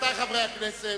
רבותי חברי הכנסת,